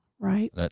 Right